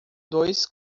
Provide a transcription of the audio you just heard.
dois